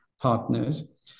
partners